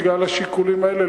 בגלל השיקולים האלה,